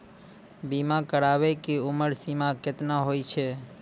बीमा कराबै के उमर सीमा केतना होय छै?